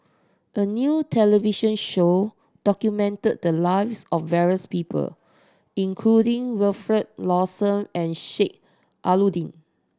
a new television show documented the lives of various people including Wilfed Lawson and Sheik Alau'ddin